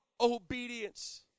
obedience